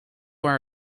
our